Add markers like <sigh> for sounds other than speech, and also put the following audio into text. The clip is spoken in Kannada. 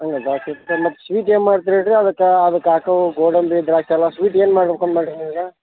ಹಂಗಲ್ಲ ದ್ರಾಕ್ಷಿ <unintelligible> ಮತ್ತು ಸ್ವೀಟ್ ಏನು ಮಾಡ್ತೀರಿ ಹೇಳ್ರಿ ಅದಕ್ಕೆ ಅದಕ್ಕೆ ಹಾಕೋವು ಗೋಡಂಬಿ ದ್ರಾಕ್ಷಿ ಎಲ್ಲ ಸ್ವೀಟ್ ಏನು ಮಾಡಬೇಕು ಅಂತ ಮಾಡೀರ್ ನೀವೀಗ